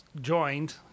joined